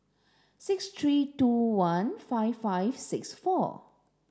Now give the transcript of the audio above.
six three two one five five six four